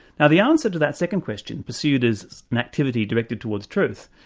now the answer to that second question, pursued as an activity directed towards truth,